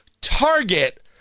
Target